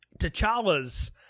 T'Challa's